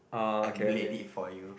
emulate it for you